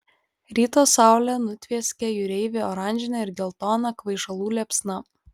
ryto saulė nutvieskė jūreivį oranžine ir geltona kvaišalų liepsna